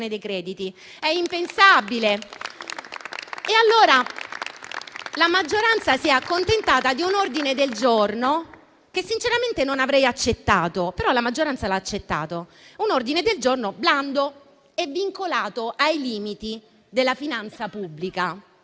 dei crediti? È impensabile. Allora la maggioranza si è accontentata di un ordine del giorno, che sinceramente non avrei accettato, però la maggioranza lo ha accolto; un ordine del giorno blando e vincolato ai limiti della finanza pubblica.